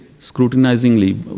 scrutinizingly